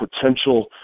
potential